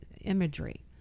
imagery